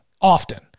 often